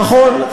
נכון,